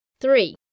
Three